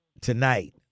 tonight